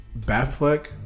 Batfleck